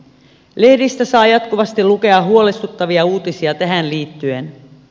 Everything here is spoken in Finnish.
lehdistä saa jatkuvasti lukea huolestuttavia uutisia tähän liittyen